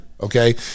okay